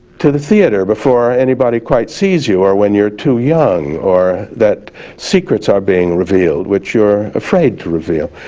to the theater before anybody quite sees you, or when you're too young, or that secrets are being revealed which you're afraid to reveal.